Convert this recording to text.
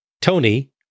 Tony